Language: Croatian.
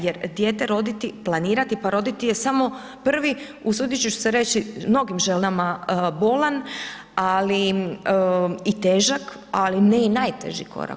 Jer dijete roditi, planirati pa roditi je samo prvi, usudit ću se reći, mnogim ženama bolan, ali i težak, ali ne i najteži korak.